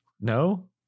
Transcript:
No